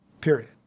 period